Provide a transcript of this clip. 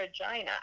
vagina